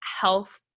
health